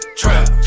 trap